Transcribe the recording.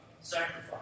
sacrifice